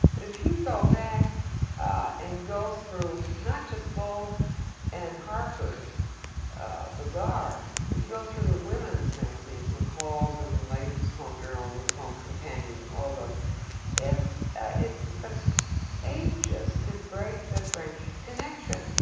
but if you go back and go through not just vogue and harper's bazaar, but if you go through the women's magazines mccall's and ladies' home journal and woman's home companion, all of those, it's it took us ages to break the french connection.